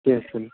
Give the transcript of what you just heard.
کیٚنٛہہ چھُنہٕ